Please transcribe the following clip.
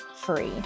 free